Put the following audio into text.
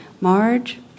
Marge